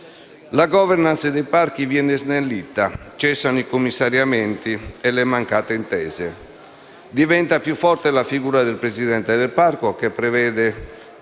La *governance* dei parchi viene snellita, cessano i commissariamenti e le mancate intese. Diventa più forte la figura del Presidente del parco, che prevede